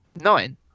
nine